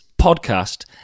podcast